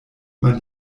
man